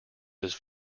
this